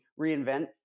reinvent